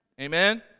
Amen